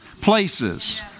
places